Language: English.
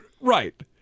Right